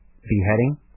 beheading